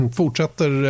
fortsätter